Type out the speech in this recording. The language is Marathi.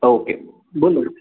ओके बोला